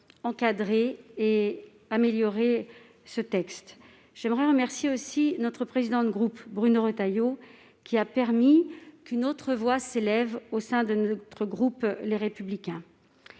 encadrer et améliorer ce texte. J'aimerais remercier aussi notre président de groupe, Bruno Retailleau, qui a permis qu'une autre voix s'élève au sein des Républicains.